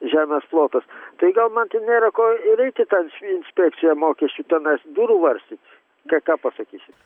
žemės plotas tai gal man ten nėra ko ir eit į tą inspekciją mokesčių tenais durų varstyt tai ką pasakysit